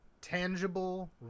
tangible